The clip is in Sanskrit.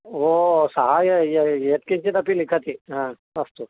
ओ सा यत्किञ्चित् अपि लिखति अस्तु